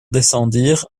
descendirent